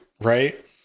right